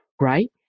right